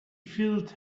filled